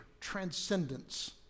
transcendence